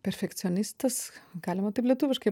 perfekcionistas galima taip lietuviškai